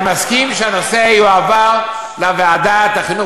אבל אני מסכים שהנושא יועבר לוועדת החינוך